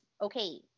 okay